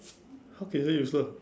how is it useless